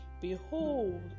Behold